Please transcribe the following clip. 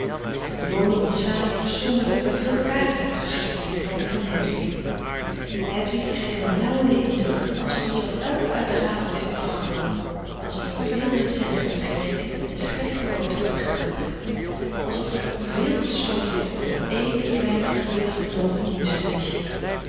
de woning was saaier somberder en veel kariger gestoffeerd dan die van hedwig hedwig kreeg een benauwenden indruk alsof hier op elke uitgave werd afgedongen alsof er veel met centen werd gerekend frederik van eeden van de koele meren des doods en slechte boter werd gebruikt alsof er veel gesloofd werd door het ééne kleine gewillige domme